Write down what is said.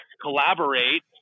collaborate